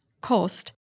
cost